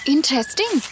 Interesting